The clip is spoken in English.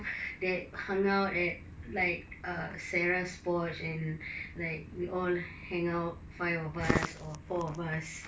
that hung out at like ah sarah porch and like we all hang out five of us or four of us